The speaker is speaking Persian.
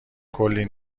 کلی